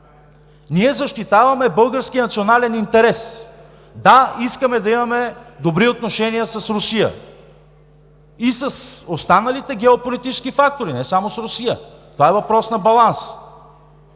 Ние защитаваме българския национален интерес. Да, искаме да имаме добри отношения с Русия. И с останалите геополитически фактори, не само с Русия – това е въпрос на баланс,